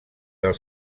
del